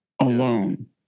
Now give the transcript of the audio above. alone